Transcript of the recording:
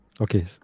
Okay